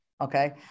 okay